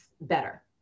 better